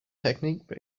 technique